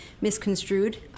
misconstrued